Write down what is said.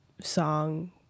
song